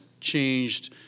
changed